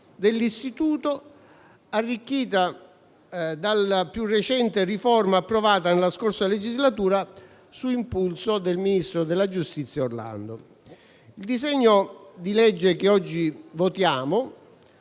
dell'istituto, arricchita dalla più recente riforma approvata nella scorsa legislatura su impulso dell'allora ministro della giustizia Orlando. Il disegno di legge oggi in